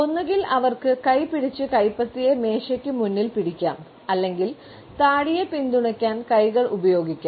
ഒന്നുകിൽ അവർക്ക് കൈ പിടിച്ച് കൈപ്പത്തിയെ മേശയ്ക്കുമുന്നിൽ പിടിക്കാം അല്ലെങ്കിൽ താടിയെ പിന്തുണയ്ക്കാൻ കൈകൾ ഉപയോഗിക്കാം